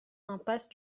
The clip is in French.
impasse